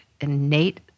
innate